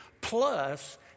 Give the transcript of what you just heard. Plus